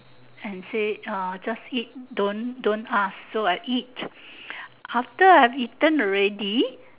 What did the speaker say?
and say uh just eat don't don't ask so I eat after I've eaten already